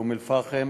באום-אלפחם,